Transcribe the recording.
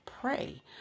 pray